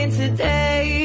today